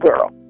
girl